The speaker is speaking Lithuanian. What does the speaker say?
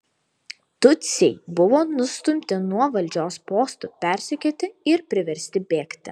tutsiai buvo nustumti nuo valdžios postų persekioti ir priversti bėgti